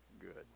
good